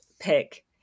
pick